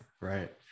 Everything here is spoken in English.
right